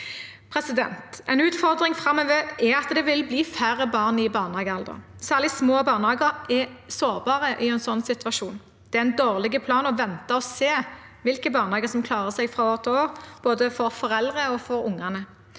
ulikt. En utfordring framover er at det vil bli færre barn i barnehagealder. Særlig små barnehager er sårbare i en sånn situasjon. Det er en dårlig plan å vente og se hvilke barnehager som klarer seg fra år til år, både for foreldrene, for ungene,